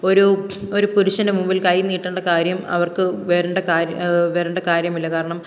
ഒരു ഒരു പുരുഷൻ്റെ മുമ്പിൽ കൈനീട്ടേണ്ട കാര്യം അവർക്ക് വരേണ്ട കാര്യം വരേണ്ട കാര്യമില്ല കാരണം